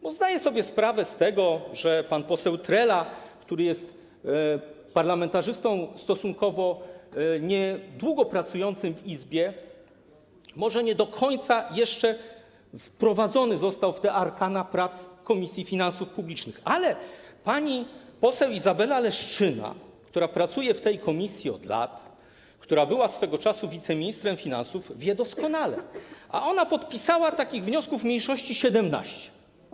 Bo zdaję sobie sprawę z tego, że pan poseł Trela, który jest parlamentarzystą stosunkowo niedługo pracującym w Izbie, może nie do końca jeszcze wprowadzony został w arkana prac Komisji Finansów Publicznych, ale pani poseł Izabela Leszczyna, która pracuje w tej komisji od lat, która była swego czasu wiceministrem finansów, wie, zna to doskonale, podpisała takich wniosków mniejszości 17.